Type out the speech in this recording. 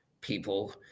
people